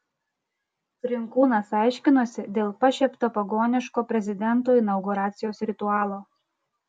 trinkūnas aiškinosi dėl pašiepto pagoniško prezidento inauguracijos ritualo